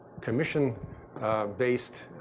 commission-based